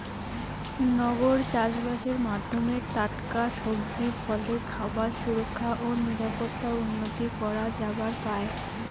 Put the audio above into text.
নগর চাষবাসের মাধ্যমে টাটকা সবজি, ফলে খাবার সুরক্ষা ও নিরাপত্তা উন্নতি করা যাবার পায়